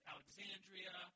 Alexandria